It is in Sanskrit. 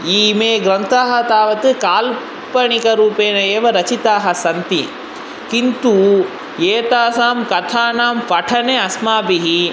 इमे ग्रन्थाः तावत् काल्पनिकरूपेण एव रचिताः सन्ति किन्तु एतासां कथानां पठने अस्माभिः